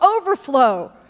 overflow